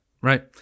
Right